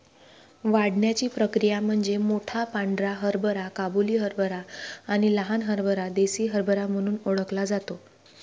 वाढण्याची प्रक्रिया म्हणजे मोठा पांढरा हरभरा काबुली हरभरा आणि लहान हरभरा देसी हरभरा म्हणून ओळखला जातो